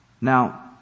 Now